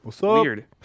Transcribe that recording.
Weird